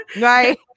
Right